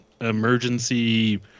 emergency